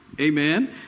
amen